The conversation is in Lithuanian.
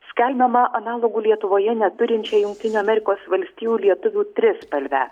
skelbiama analogų lietuvoje neturinčią jungtinių amerikos valstijų lietuvių trispalvę